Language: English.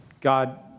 God